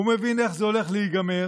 הוא מבין איך זה הולך להיגמר,